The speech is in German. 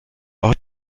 ort